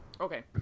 Okay